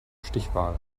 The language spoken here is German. stichwahl